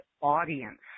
audience